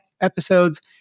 episodes